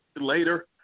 later